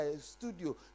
studio